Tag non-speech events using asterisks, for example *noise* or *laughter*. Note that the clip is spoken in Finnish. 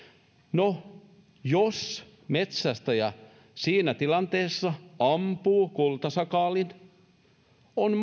no jos metsästäjä siinä tilanteessa ampuu kultasakaalin on *unintelligible*